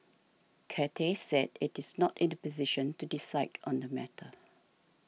Cathay said it is not in the position to decide on the matter